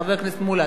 חבר הכנסת מולה,